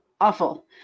Awful